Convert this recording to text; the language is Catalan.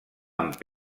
amb